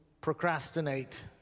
procrastinate